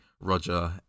Roger